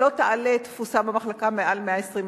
שלא תעלה תפוסה במחלקה מעל 120%,